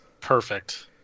perfect